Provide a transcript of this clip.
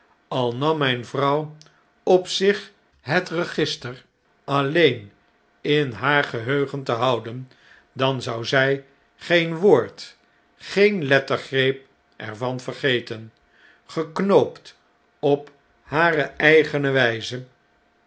al nam mjjn vrouw op zich het register alleen in haar geheugen te houden dan zou zjj geen woord geen lettergreep er van vergeten geknoopt op hare eigene wjjze